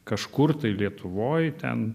kažkur tai lietuvoj ten